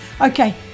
Okay